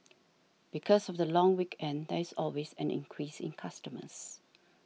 because of the long weekend there is always an increase in customers